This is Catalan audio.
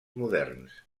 moderns